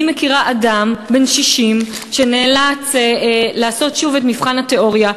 אני מכירה אדם בן 60 שנאלץ לעשות שוב את מבחן התיאוריה,